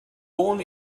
born